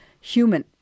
human